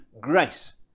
grace